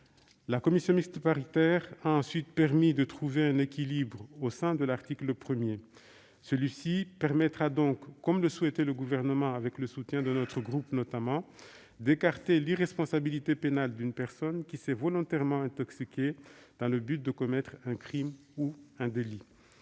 de même qu'un viol. La CMP a ensuite permis de trouver un équilibre au sein de l'article 1. Celui-ci permettra donc, comme le souhaitait le Gouvernement, avec le soutien de notre groupe notamment, d'écarter l'irresponsabilité pénale d'une personne qui s'est volontairement intoxiquée afin de commettre un crime ou un délit.